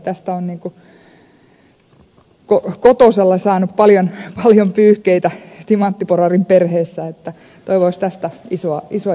tästä on kotosalla saanut paljon pyyhkeitä timanttiporarin perheessä joten toivoisi tästä isoa julkista keskustelua